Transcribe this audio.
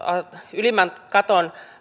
ylimmän katon